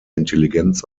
intelligenz